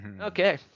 Okay